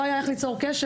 לא היה איך ליצור קשר,